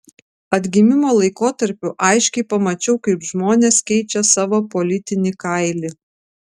atgimimo laikotarpiu aiškiai pamačiau kaip žmonės keičia savo politinį kailį